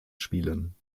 spielen